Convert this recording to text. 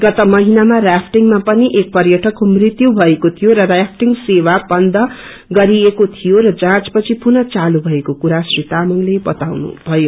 गत महिनामा राफ्टिङ मा पिन पर्यटकको मृत्यु भएको थियो र राफ्टिङ सेवा बन्द गरिएको थियो र जाँच पछि पुनः चालू भएको कुरा श्री तामंगले बताउनुभयो